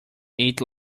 ate